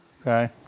Okay